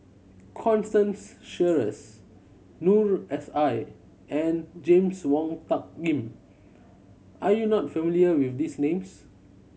Constance Sheares Noor S I and James Wong Tuck Yim are you not familiar with these names